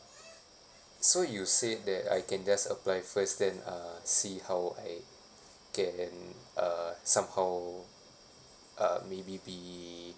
so you said that I can just apply first then uh see how would I can uh somehow uh maybe be